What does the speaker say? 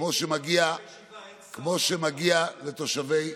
כמו שמגיע לתושבי,